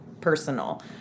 personal